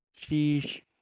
Sheesh